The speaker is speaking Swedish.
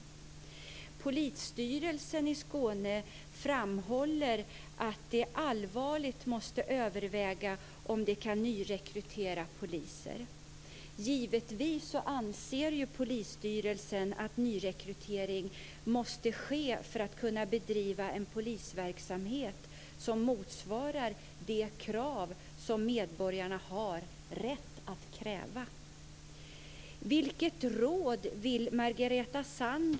Polisstyrelsen i Skåne framhåller att de allvarligt måste överväga om de kan nyrekrytera poliser. Givetvis anser ju polisstyrelsen att nyrekrytering måste ske för att kunna bedriva en polisverksamhet som motsvarar de krav som medborgarna har rätt att ställa.